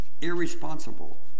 irresponsible